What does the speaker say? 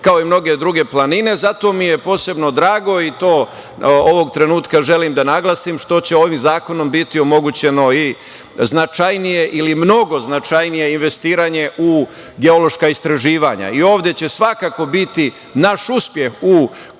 kao i mnoge druge planine. Zato mi je posebno drago i to ovog trenutka želim da naglasim, što će ovim zakonom biti omogućeno i značajnije ili mnogo značajnije investiranje u geološka istraživanja. Ovde će svakako biti naš uspeh u korišćenju,